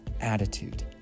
attitude